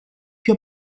più